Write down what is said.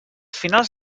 finals